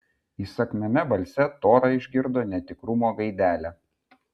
įsakmiame balse tora išgirdo netikrumo gaidelę